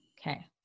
Okay